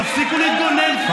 תפסיקו להתגונן כבר.